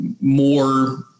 more